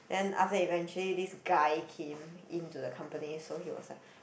then after that eventually this guy came into the company so he was like